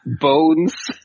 bones